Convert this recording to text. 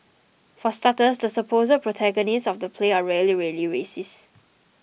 for starters the supposed 'protagonists' of the play are really really racist